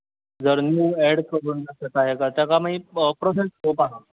जर new add करून आमी ताका मागीर प्रोसेस खूब आहा